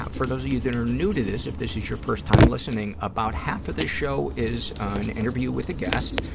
for those of you that are new to this, if this is your first time listening, about half of this show is an interview with a guest,